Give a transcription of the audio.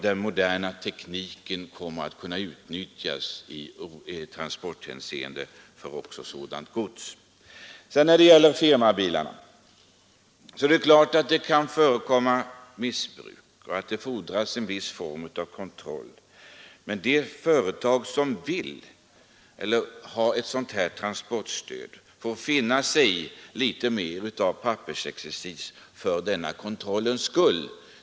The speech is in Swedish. Den moderna tekniken kommer i transporthänseende också att kunna utnyttjas för sådant gods. Det är klart att det kan förekomma missbruk när det gäller firmabilarna och att det fordras en viss form av kontroll. Men det företag som åtnjuter ett transportstöd av detta slag får finna sig i litet mera pappersexercis för kontrollens skull.